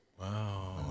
wow